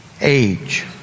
age